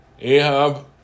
Ahab